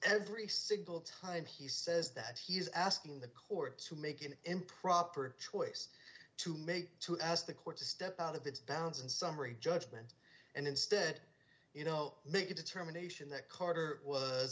every single time he says that he's asking the court to make an improper choice to make to ask the court to step out of the bounds and summary judgment and instead you know make a determination that carter was